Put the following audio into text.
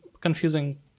confusing